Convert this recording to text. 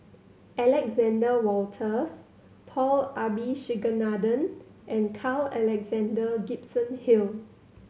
Alexander Wolters Paul Abisheganaden and Carl Alexander Gibson Hill